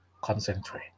concentrate